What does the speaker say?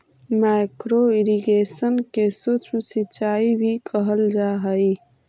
micro irrigation के सूक्ष्म सिंचाई भी कहल जा हइ